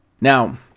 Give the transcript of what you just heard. Now